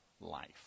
life